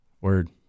Word